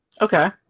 Okay